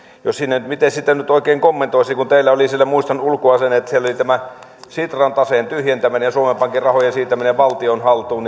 miten sitä nyt oikein kommentoisi kun teillä oli siellä muistan ulkoa sen tämä sitran taseen tyhjentäminen ja suomen pankin rahojen siirtäminen valtion haltuun